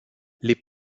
les